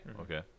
okay